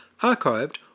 archived